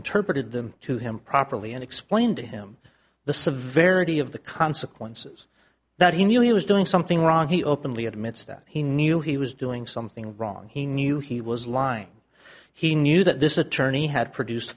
interpreted them to him properly and explained to him the severity of the consequences that he knew he was doing something wrong he openly admits that he knew he was doing something wrong he knew he was lying he knew that this attorney had produce